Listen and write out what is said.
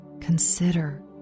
consider